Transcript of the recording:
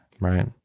Right